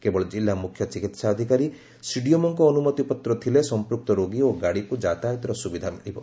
କେବଳ ଜିଲ୍ଲା ମୁଖ୍ୟ ଚିକିସାଧକାରୀ ସିଡ଼ିଏମଓଙ୍କ ଅନୁମତି ପତ୍ର ଥିଲେ ସମ୍ମକ୍ତ ରୋଗୀ ଓ ଗାଡିକ୍ ଯାତାୟାତର ସ୍ବିଧା ମିଳିବ